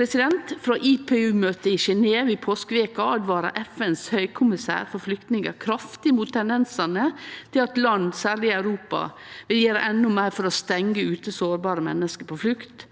kvalifisere. Frå IPU-møtet i Genève i påskeveka åtvara FNs høgkommissær for flyktningar kraftig mot tendensane til at land, særleg i Europa, vil gjere endå meir for å stengje ute sårbare menneske på flukt